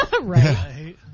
Right